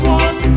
one